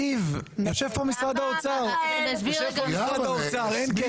יושב פה משרד האוצר, אין כסף בתקציב שעבר.